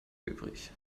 übrig